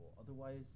otherwise